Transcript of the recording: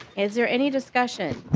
is there any discussion?